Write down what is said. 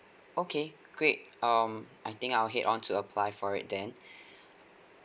okay great um I think I'll head on to apply for it then